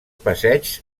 passeigs